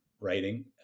writing